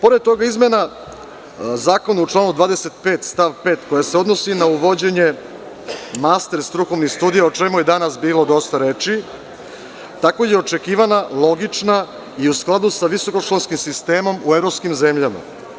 Pored toga, izmena zakona u članu 25. stav 5. koja se odnosi na uvođenje master strukovnih studija, a o čemu je danas bilo dosta reči, tako je očekivana logična i u skladu sa visoko školskim sistemom u evropskim zemljama.